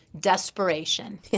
desperation